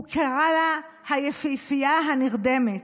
הוא קרא לה "היפהפייה הנרדמת".